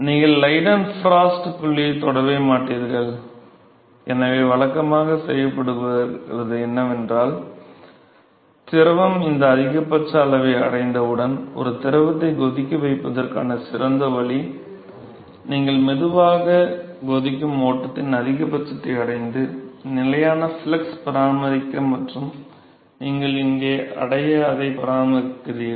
நீங்கள் லைடன்ஃப்ரோஸ்ட் புள்ளியைத் தொடவே மாட்டீர்கள் எனவே வழக்கமாகச் செய்யப்படுவது என்னவென்றால் திரவம் இந்த அதிகபட்ச அளவை அடைந்தவுடன் ஒரு திரவத்தை கொதிக்க வைப்பதற்கான சிறந்த வழி நீங்கள் மெதுவாக கொதிக்கும் ஓட்டத்தின் அதிகபட்சத்தை அடைந்து நிலையான ஃப்ளக்ஸ் பராமரிக்க மற்றும் நீங்கள் இங்கே அடைய அதை பராமரிக்கிறீர்கள்